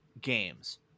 games